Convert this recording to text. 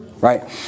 right